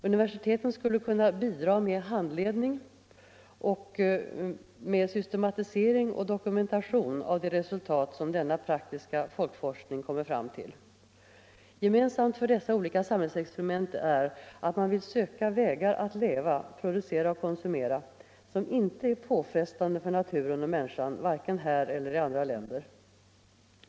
Universiteten skulle kunna bidra med handledning, systematisering och dokumentation av de resultat som denna praktiska folkforskning kommer fram till. Gemensamt för dessa olika samhällsexperiment är att man vill söka vägar att leva, producera och konsumera som inte är påfrestande för naturen och människan, varken här eller i andra länder.